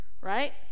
right